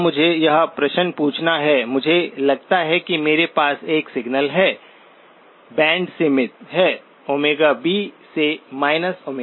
अब मुझे यह प्रश्न पूछना है मुझे लगता है कि मेरे पास एक सिग्नल है बैंड सीमित है B से B